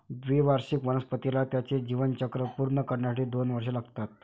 द्विवार्षिक वनस्पतीला त्याचे जीवनचक्र पूर्ण करण्यासाठी दोन वर्षे लागतात